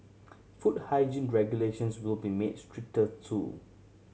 food hygiene regulations will be made stricter too